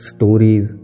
Stories